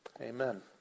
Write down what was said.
Amen